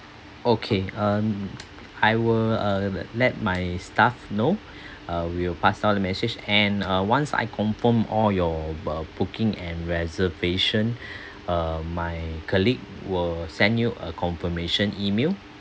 okay um I will uh let my staff know uh we will pass down the message and uh once I confirm all your uh booking and reservation uh my colleague will send you a confirmation email